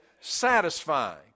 satisfying